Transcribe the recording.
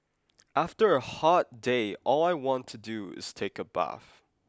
after a hot day all I want to do is take a bath